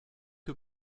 que